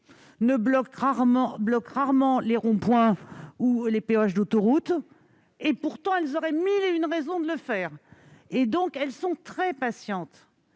ne bloquent que rarement les ronds-points ou les péages d'autoroute, alors qu'elles auraient mille et une raisons de le faire. Elles sont très patientes